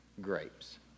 grapes